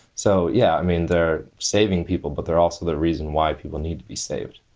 so, yeah, i mean, they're saving people, but they're also the reason why people need to be saved